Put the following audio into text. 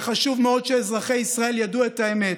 וחשוב מאוד שאזרחי ישראל ידעו את האמת,